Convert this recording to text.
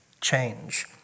change